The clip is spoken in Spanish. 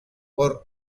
por